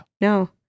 no